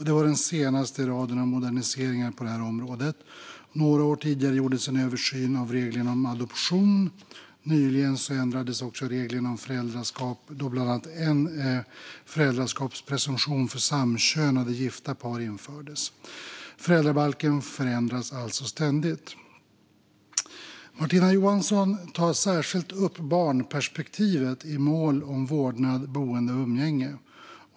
Det var den senaste i raden av moderniseringar på det området. Några år tidigare gjordes en översyn av reglerna om adoption. Nyligen ändrades också reglerna om föräldraskap då bland annat en föräldraskapspresumtion för samkönade gifta par infördes. Föräldrabalken förändras alltså ständigt. Martina Johansson tar särskilt upp barnperspektivet i mål om vårdnad, boende och umgänge.